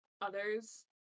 others